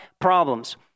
problems